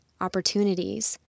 opportunities